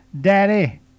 Daddy